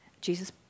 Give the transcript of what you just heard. Jesus